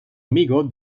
amigo